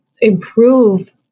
improve